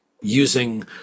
using